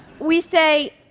we say,